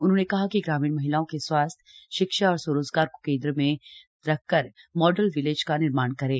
उन्होंने कहा कि ग्रामीण महिलाओं के स्वास्थ्य शिक्षा और स्वरोजगार को केन्द्र में रखकर मॉडल विलेज का निर्माण करें